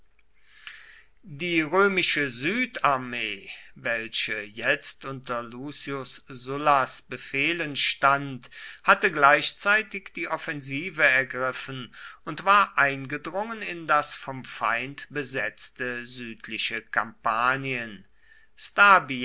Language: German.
die römische südarmee welche jetzt unter lucius sullas befehlen stand hatte gleichzeitig die offensive ergriffen und war eingedrungen in das vom feind besetzte südliche kampanien stabiae